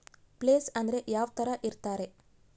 Place ಅಂದ್ರೆ ಯಾವ್ತರ ಇರ್ತಾರೆ?